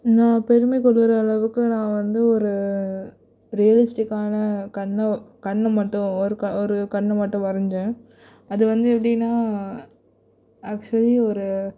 நான் பெருமைக்கொள்கிற அளவுக்கு நான் வந்து ஒரு ரியலிஸ்டிக்கான கண்ணோ கண் மட்டும் ஒரு க ஒரு கண் மட்டும் வரைஞ்சேன் அது வந்து எப்படின்னா ஆக்சுவலி ஒரு